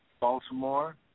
Baltimore